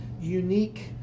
unique